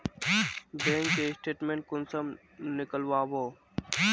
Bank के statement कुंसम नीकलावो?